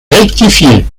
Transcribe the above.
rectifié